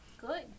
Good